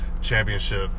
championship